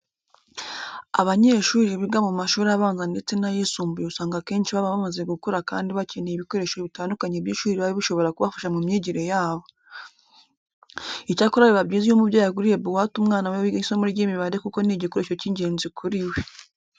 Abanyeshuri biga mu mashuri abanza ndetse n'ayisumbuye usanga akenshi baba bamaze gukura kandi bakeneye ibikoresho bitandukanye by'ishuri biba bishobora kubafasha mu myigire yabo. Icyakora biba byiza iyo umubyeyi aguriye buwate umwana we wiga isomo ry'imibare kuko ni igikoresho cy'ingenzi kuri we.